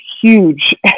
huge